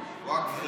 ווקף,